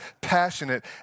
passionate